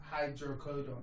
Hydrocodone